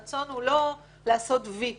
הרצון הוא לא לעשות "וי",